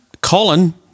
Colin